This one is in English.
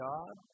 God